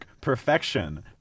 Perfection